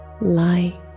light